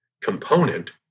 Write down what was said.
component